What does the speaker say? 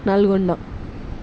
Nalgonda